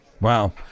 Wow